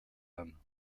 homme